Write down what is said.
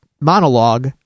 monologue